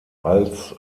als